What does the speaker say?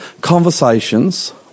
conversations